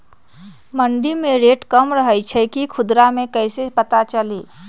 मंडी मे रेट कम रही छई कि खुदरा मे कैसे पता चली?